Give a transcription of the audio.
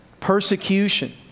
persecution